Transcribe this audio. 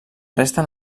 resten